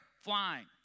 flying